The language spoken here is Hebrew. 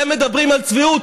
מי מונע, אתם מדברים על צביעות?